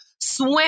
swim